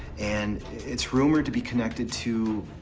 and it's rumored to be connected to,